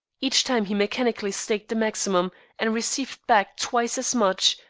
each time he mechanically staked the maximum and received back twice as much,